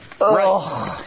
Right